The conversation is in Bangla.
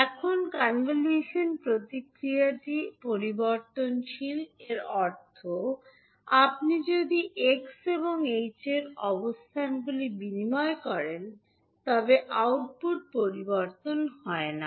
এখন কনভলিউশন প্রক্রিয়াটি পরিবর্তনশীল এর অর্থ আপনি যদি x এবং h এর অবস্থানগুলি বিনিময় করেন তবে আউটপুট পরিবর্তন হবে না